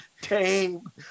tame